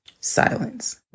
Silence